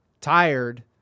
Tired